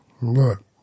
Look